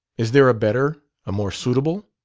is there a better, a more suitable?